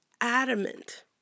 adamant